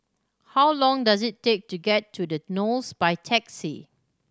how long does it take to get to The Knolls by taxi